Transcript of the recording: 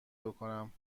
بکنم